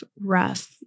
rough